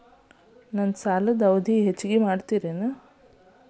ನನ್ನ ಸಾಲದ ಅವಧಿ ಹೆಚ್ಚಿಗೆ ಮಾಡ್ತಿರೇನು?